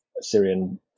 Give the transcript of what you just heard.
syrian